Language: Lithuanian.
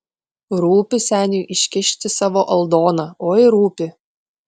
rūpi seniui iškišti savo aldoną oi rūpi